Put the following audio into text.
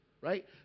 right